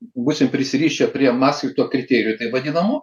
būsim prisirišę prie mastrichto kriterijų taip vadinamų